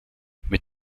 mit